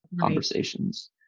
conversations